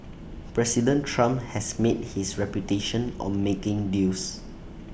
President Trump has made his reputation on making deals